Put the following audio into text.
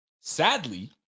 sadly